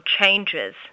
changes